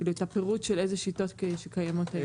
כאילו את הפירוט של אילו שיטות קיימות היום?